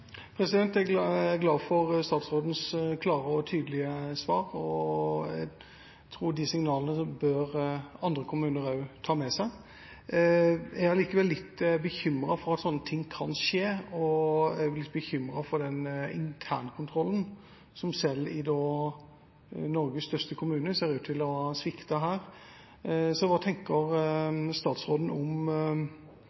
er glad for statsrådens klare og tydelige svar, og jeg tror at også andre kommuner bør ta de signalene med seg. Jeg er allikevel litt bekymret for at sånne ting kan skje, og jeg blir bekymret for den internkontrollen som selv i Norges største kommune ser ut til å svikte her. Hva tenker